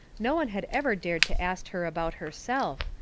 no one had ever dared to ast her about herself,